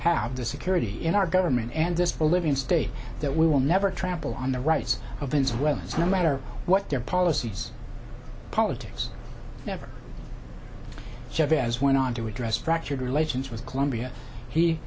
have the security in our government and this bolivian state that we will never trample on the rights of ins well it's no matter what their policies politics never have as went on to address fractured relations with colombia he